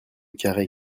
carhaix